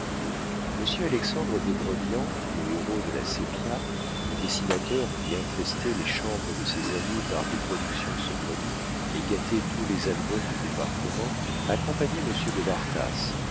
monsieur alexandre de brebian le héros de la sépia le dessinateur qui infestait les chambres de ses amis par des productions saugrenues et gâtait tous les albums du département accompagnait monsieur de